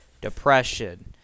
Depression